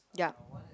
ya